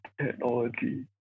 technology